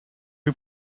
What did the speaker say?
who